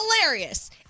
Hilarious